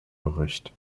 bericht